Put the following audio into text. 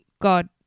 God